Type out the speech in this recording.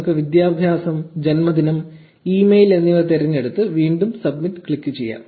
നമുക്ക് വിദ്യാഭ്യാസം ജന്മദിനം ഇമെയിൽ എന്നിവ തിരഞ്ഞെടുത്ത് വീണ്ടും 'സബ്മിറ്റ്' ക്ലിക്ക് ചെയ്യാം